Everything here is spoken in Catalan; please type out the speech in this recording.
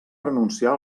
renunciar